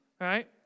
right